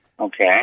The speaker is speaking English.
Okay